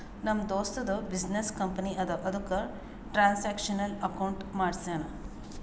ನಮ್ ದೋಸ್ತದು business company ಅದಾ ಅದುಕ್ಕ ಟ್ರಾನ್ಸ್ಅಕ್ಷನಲ್ ಅಕೌಂಟ್ ಮಾಡ್ಸ್ಯಾನ್